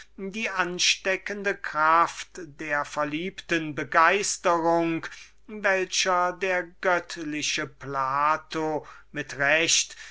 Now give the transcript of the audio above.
die ansteckende kraft das sympathetische der verliebten begeisterung welcher der göttliche plato mit recht